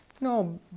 No